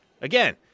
again